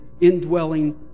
indwelling